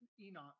Enoch